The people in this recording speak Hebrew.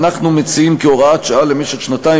אנחנו מציעים כהוראת שעה למשך שנתיים,